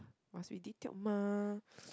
must be detailed mah